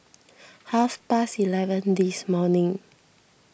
half past eleven this morning